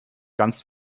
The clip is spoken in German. ganz